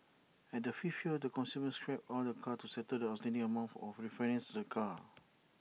at the fifth year the consumer scraps all the car to settle the outstanding amount or refinances the car